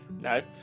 No